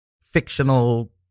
fictional